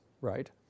right